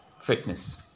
fitness